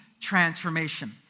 transformation